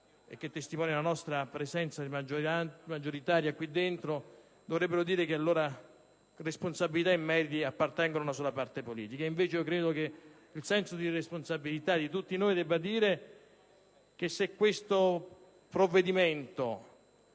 che testimoniano la nostra presenza maggioritaria qui dentro vorrebbero dire che responsabilità e meriti appartengono a una sola parte politica. Credo invece che il senso di responsabilità di tutti noi ci debba far dire che, se è vero che questo provvedimento